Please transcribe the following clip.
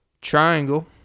triangle